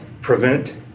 prevent